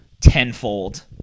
tenfold